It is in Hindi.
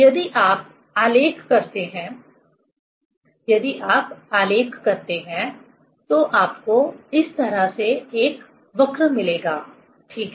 यदि आप आलेख करते हैं यदि आप आलेख करते हैं तो आपको इस तरह से एक वक्र मिलेगा ठीक है